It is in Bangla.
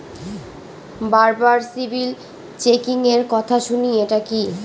বারবার সিবিল চেকিংএর কথা শুনি এটা কি?